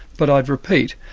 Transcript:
but i repeat,